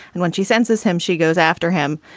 and when she sensor's him, she goes after him.